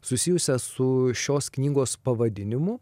susijusią su šios knygos pavadinimu